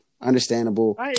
Understandable